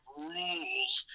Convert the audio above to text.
rules